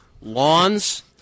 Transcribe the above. lawns